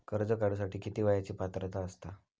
कर्ज काढूसाठी किती वयाची पात्रता असता?